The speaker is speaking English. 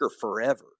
forever